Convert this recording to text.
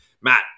Matt